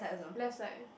left side